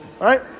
Right